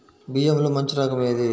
బియ్యంలో మంచి రకం ఏది?